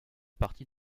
partie